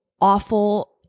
awful